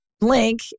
link